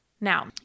Now